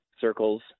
circles